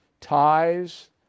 ties